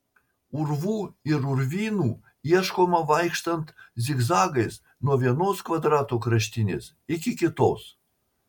urvų ir urvynų ieškoma vaikštant zigzagais nuo vienos kvadrato kraštinės iki kitos